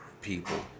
people